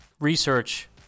research